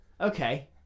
Okay